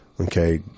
Okay